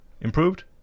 improved